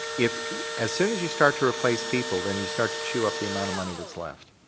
if as soon as you start to replace people, then you start to chew up the amount of money that's left.